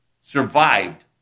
survived